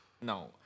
No